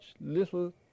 little